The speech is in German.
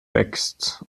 wächst